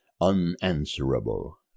unanswerable